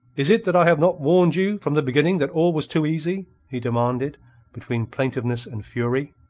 is it that i have not warned you from the beginning that all was too easy? he demanded between plaintiveness and fury.